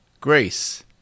Grace